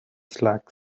slack